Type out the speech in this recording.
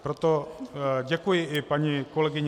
Proto děkuji i paní kolegyni